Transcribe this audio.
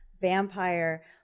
Vampire